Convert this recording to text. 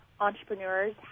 entrepreneurs